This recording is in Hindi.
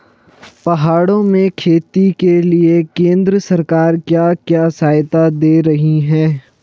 पहाड़ों में खेती के लिए केंद्र सरकार क्या क्या सहायता दें रही है?